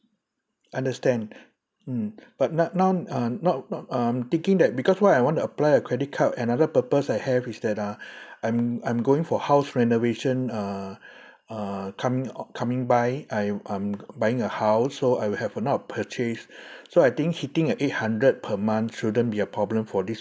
understand mm but now now uh not not I'm thinking that because why I want to apply a credit card another purpose I have is that uh I'm I'm going for house renovation uh uh coming o~ coming by I'm I'm buying a house so I will have a lot of purchase so I think hitting at eight hundred per month shouldn't be a problem for this